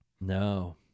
no